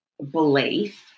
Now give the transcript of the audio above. belief